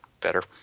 better